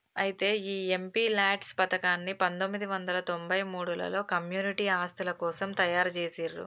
అయితే ఈ MP LADS పథకాన్ని పందొమ్మిది వందల తొంభై మూడులలో కమ్యూనిటీ ఆస్తుల కోసం తయారు జేసిర్రు